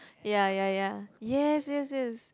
ya ya ya yes yes yes